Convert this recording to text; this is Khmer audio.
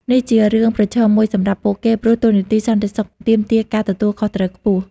នេះជារឿងប្រឈមមួយសម្រាប់ពួកគេ ព្រោះតួនាទីសន្តិសុខទាមទារការទទួលខុសត្រូវខ្ពស់។